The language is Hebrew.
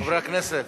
חברי הכנסת.